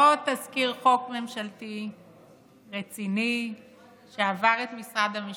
לא תזכיר חוק ממשלתי רציני שעבר את משרד המשפטים.